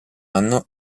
anno